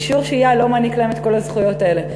אישור שהייה לא מעניק להם את כל הזכויות האלה.